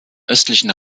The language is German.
östlichen